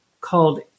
called